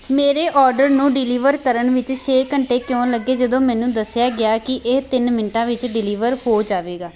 ਮੇਰੇ ਅੋਰਡਰ ਨੂੰ ਡਿਲੀਵਰ ਕਰਨ ਵਿੱਚ ਛੇ ਘੰਟੇ ਕਿਉਂ ਲੱਗੇ ਜਦੋਂ ਮੈਨੂੰ ਦੱਸਿਆ ਗਿਆ ਕਿ ਇਹ ਤਿੰਨ ਮਿੰਟਾਂ ਵਿੱਚ ਡਿਲੀਵਰ ਹੋ ਜਾਵੇਗਾ